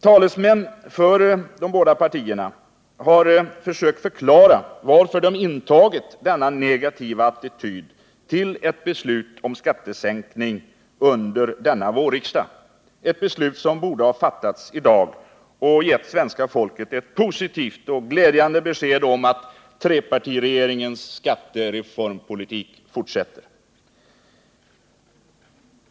Talesmän för dessa båda partier har försökt förklara varför de intagit denna negativa attityd till ett beslut om skattesänkning under denna vårriksdag — ett beslut som borde ha fattats i dag och gett svenska folket ett positivt och glädjande besked om att trepartiregeringens skattereformpolitik fortsätter.